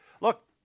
Look